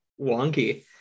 wonky